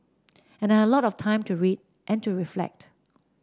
and I had a lot of time to read and to reflect